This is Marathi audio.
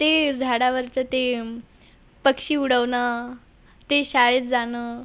ते झाडावरचं ते पक्षी उडवणं ते शाळेत जाणं